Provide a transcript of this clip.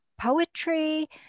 poetry